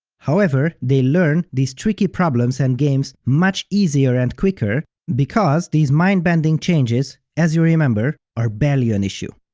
however, they learn these tricky problems and games much easier and quicker, because these mind-bending changes, as you remember, are barely an issue.